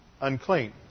Unclean